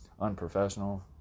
unprofessional